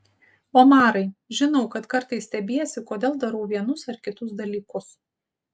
omarai žinau kad kartais stebiesi kodėl darau vienus ar kitus dalykus